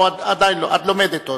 או שאת עוד לומדת?